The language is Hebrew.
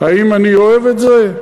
האם אני אוהב את זה?